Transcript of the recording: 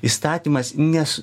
įstatymas nes